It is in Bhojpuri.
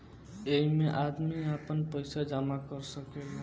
ऐइमे आदमी आपन पईसा जमा कर सकेले